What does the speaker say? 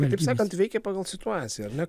kaip sakant veikė pagal situaciją ar ne